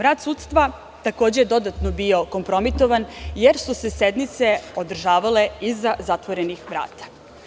Rad sudstva takođe je dodatno bio kompromitovan, jer su sednice održavale iza zatvorenih vrata.